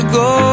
go